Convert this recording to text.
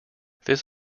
this